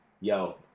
Yo